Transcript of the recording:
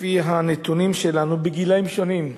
לפי הנתונים שלנו, בגילאים שונים,